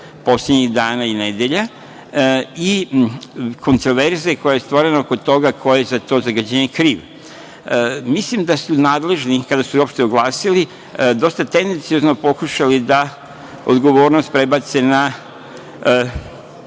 poslednjih dana i nedelja i kontroverze koja je stvorena oko toga ko je za to zagađenje kriv. Mislim da su nadležni, kada su se uopšte oglasili, dosta tendenciozno pokušali da odgovornost prebace na